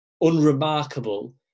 unremarkable